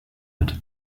hatte